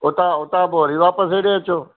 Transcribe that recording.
उतां उतां पोइ वरी वापसि हेॾे अचो